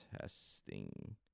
testing